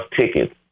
tickets